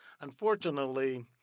Unfortunately